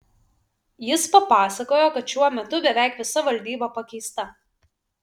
jis papasakojo kad šiuo metu beveik visa valdyba pakeista